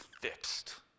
fixed